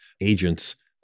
agents